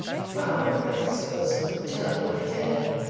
far in earth's bosom, downward fare,